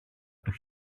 του